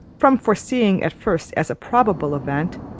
from foreseeing at first as a probable event,